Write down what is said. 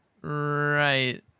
Right